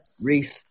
Reese